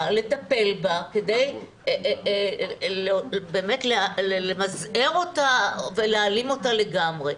לטפל בה כדי באמת למזער אותה ולהעלים אותה לגמרי.